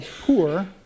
poor